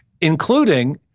including